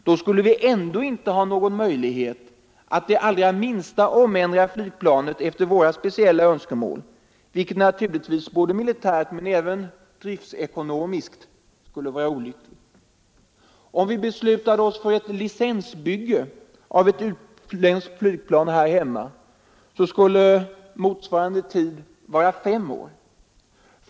Då skulle vi ändå inte ha någon möjlighet att det allra minsta omändra flygplanet efter våra speciella önskemål, vilket naturligtvis både militärt och driftsekonomiskt vore olyckligt. Om vi beslutade oss för ett licensbygge av ett utländskt plan här hemma skulle motsvarande tid vara fem år.